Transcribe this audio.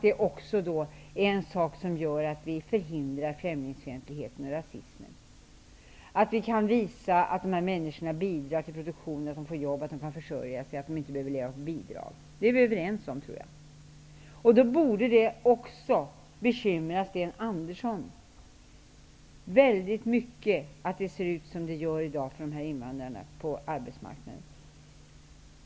Det faktum att vi kan visa att de bidrar till produktionen, att de får jobb, att de kan försörja sig, att de inte behöver leva på bidrag förhindrar främlingsfientlighet och rasism. Det tror jag att vi är överens om. Då borde det också bekymra Sten Andersson mycket att det ser ut som det gör på arbetsmarknaden i dag för de här invandrarna.